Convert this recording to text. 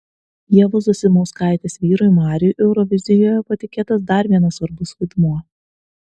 ievos zasimauskaitės vyrui mariui eurovizijoje patikėtas dar vienas svarbus vaidmuo